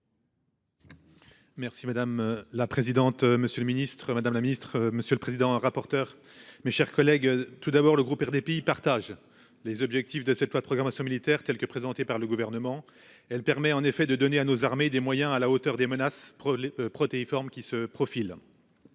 Merci madame la présidente. Monsieur le Ministre, Madame la Ministre, Monsieur le Président, rapporteur. Mes chers collègues. Tout d'abord le groupe RDPI partage les objectifs de cette loi de programmation militaire telle que présentée par le gouvernement. Elle permet en effet de donner à nos armées, des moyens à la hauteur des menaces. Protéiformes qui se profile.